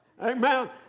Amen